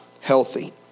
healthy